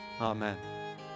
Amen